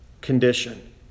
condition